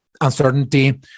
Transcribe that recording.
uncertainty